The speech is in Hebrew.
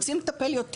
רוצים לטפל יותר?